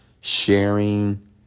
sharing